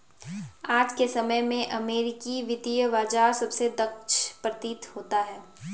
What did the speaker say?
आज के समय में अमेरिकी वित्त बाजार सबसे दक्ष प्रतीत होता है